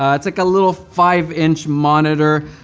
um it's like a little five-inch monitor.